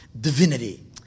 divinity